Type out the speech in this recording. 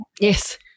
yes